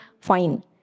fine